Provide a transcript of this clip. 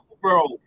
bro